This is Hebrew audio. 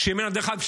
דרך אגב,